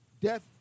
death